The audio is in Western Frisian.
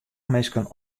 minsken